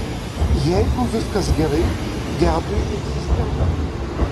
jeigu viskas gerai gedui eisis ten